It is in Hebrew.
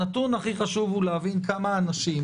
הנתון הכי חשוב הוא להבין כמה אנשים